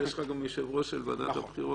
יש לך גם יושב-ראש של ועדת הבחירות.